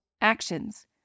Actions